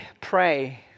pray